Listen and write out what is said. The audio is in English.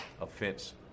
Offense